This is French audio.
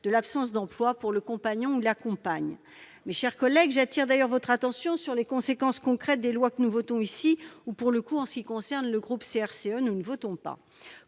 de l'absence d'emploi pour le compagnon ou la compagne. Mes chers collègues, j'attire votre attention sur les conséquences concrètes des lois que nous votons ici, ou, pour le coup, que le groupe CRCE ne vote pas.